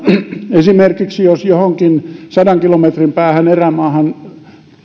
esimerkiksi johonkin sadan kilometrin päähän erämaahan